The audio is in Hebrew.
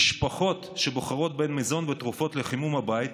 משפחות שבוחרות בין מזון ותרופות לחימום הבית,